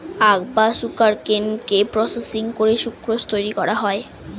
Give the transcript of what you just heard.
আখ বা সুগারকেনকে প্রসেসিং করে সুক্রোজ তৈরি করা হয়